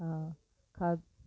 हा खा